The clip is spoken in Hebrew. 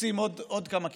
נוסעים עוד כמה קילומטרים.